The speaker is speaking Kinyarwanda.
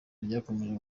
ryakomeje